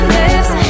lips